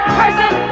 person